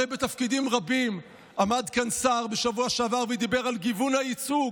הרי בתפקידים רבים עמד כאן שר בשבוע שעבר ודיבר על גיוון הייצוג.